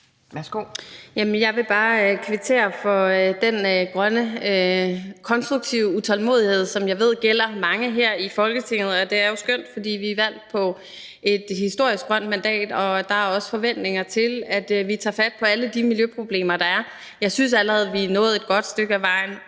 Jeg vil bare kvittere for den grønne, konstruktive utålmodighed, som jeg ved gælder mange her i Folketinget. Det er skønt, for vi er jo valgt på et historisk grønt mandat, og der er også forventninger til, at vi tager fat på alle de miljøproblemer, der er. Jeg synes, at vi allerede er nået et godt stykke ad vejen,